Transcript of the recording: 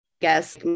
guess